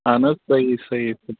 اَہَن حظ صحیح صحیح